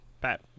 Pat